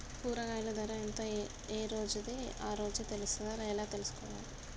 కూరగాయలు ధర ఎంత ఏ రోజుది ఆ రోజే తెలుస్తదా ఎలా తెలుసుకోవాలి?